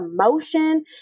emotion